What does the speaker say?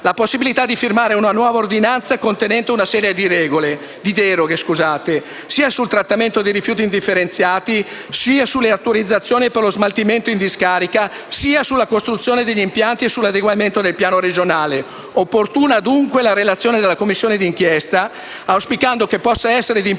la possibilità di firmare una nuova ordinanza contenente una serie di deroghe sia sul trattamento dei rifiuti indifferenziati, sia sulle autorizzazioni per lo smaltimento in discarica, sia, infine, sulla costruzione degli impianti e l'adeguamento del piano regionale. È pertanto opportuna la relazione della Commissione d'inchiesta, che si auspica possa essere di impulso